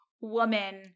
woman